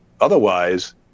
Otherwise